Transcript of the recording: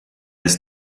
ist